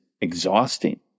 exhausting